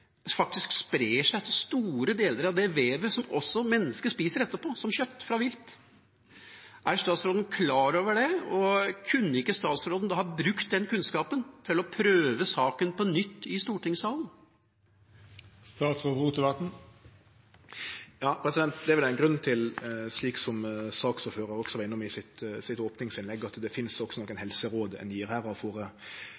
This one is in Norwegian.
faktisk sprer seg til store deler av det vevet som også mennesker spiser etterpå som kjøtt fra vilt. Er statsråden klar over det? Og kunne ikke statsråden da ha brukt den kunnskapen til å prøve saken på nytt i stortingssalen? Det er vel ein grunn til, som saksordføraren også var innom i sitt opningsinnlegg, at det også